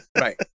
right